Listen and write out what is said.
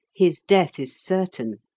his death is certain.